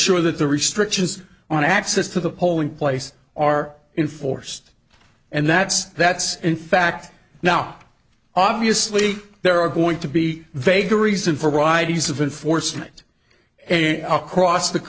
sure that the restrictions on access to the polling place are inforced and that's that's in fact now obviously there are going to be vagaries and for wide use of enforcement and across the